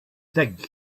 dig